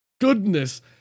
goodness